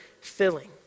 filling